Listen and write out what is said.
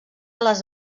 les